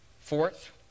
fourth